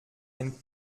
ein